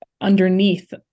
underneath